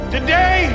Today